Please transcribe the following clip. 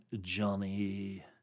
Johnny